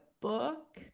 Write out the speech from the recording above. book